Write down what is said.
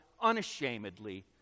unashamedly